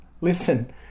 listen